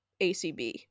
acb